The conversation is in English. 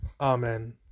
Amen